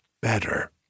better